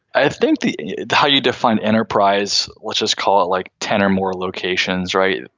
i think the the how you define enterprise, let's just call it like ten or more locations. right.